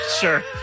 Sure